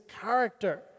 character